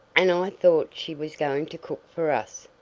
and i thought she was going to cook for us.